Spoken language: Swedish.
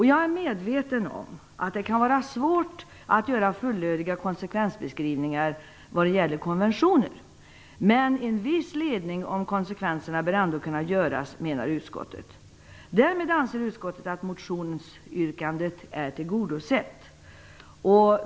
Jag är medveten om att det kan vara svårt att göra fullödiga konsekvensbeskrivningar vad gäller konventioner, men en viss ledning om konsekvenserna bör ändå kunna ges, menar utskottet. Därmed anser utskottet att motionsyrkandet är tillgodosett.